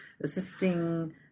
assisting